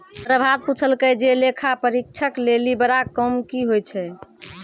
प्रभात पुछलकै जे लेखा परीक्षक लेली बड़ा काम कि होय छै?